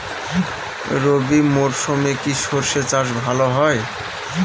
রবি মরশুমে কি সর্ষে চাষ ভালো হয়?